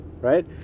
right